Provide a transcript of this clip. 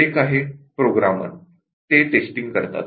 एक आहे प्रोग्रामर ते टेस्टिंग करतात